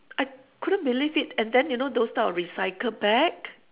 I couldn't believe it and then you know those type of recycle bag